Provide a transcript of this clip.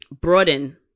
broaden